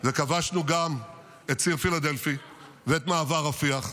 וכבשנו גם את ציר פילדלפי ואת מעבר רפיח.